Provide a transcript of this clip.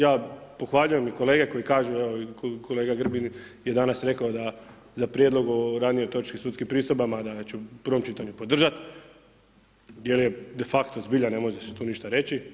Ja pohvaljujem i kolege koji kažu evo i kolega Grbin je danas rekao da za prijedlog o ranijoj točki sudskim pristojbama da ... u prvom čitanju podržati jer je de facto zbilja ne može se tu ništa reći.